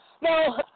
no